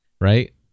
Right